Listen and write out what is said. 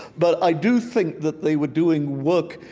but i do think that they were doing work,